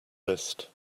list